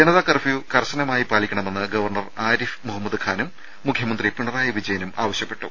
Janata curfew കർശനമായി പാലിക്കണമെന്ന് governor Arif Muhammad ഖാനും മുഖ്യമന്ത്രി പിണറായി വിജ യനും ആവശ്യപ്പെട്ടു